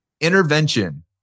intervention